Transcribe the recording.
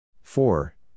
four